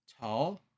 tall